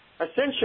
Essentially